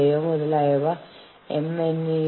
union പരാതി നടപടിക്രമങ്ങളുടെ പ്രയോജനങ്ങൾ